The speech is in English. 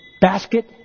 basket